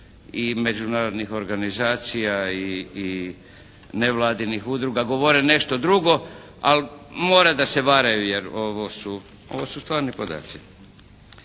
i međunarodnih organizacija i nevladinih udruga govore nešto drugo, ali mora da se varaju jer ovo su stvarni podaci.